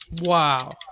Wow